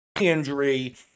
Injury